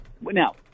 now